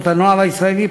"אות הנוער הישראלי",